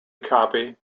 copy